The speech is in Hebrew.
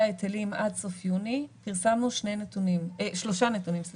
ההיטלים עד סוף יוני פרסמנו שלושה נתונים: